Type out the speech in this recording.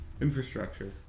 Infrastructure